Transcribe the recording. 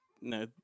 no